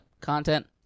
content